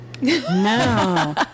No